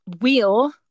wheel